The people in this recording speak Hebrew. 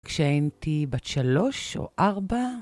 כשהייתי בת שלוש או ארבע.